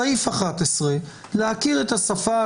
בסעיף 11: "להכיר את השפה,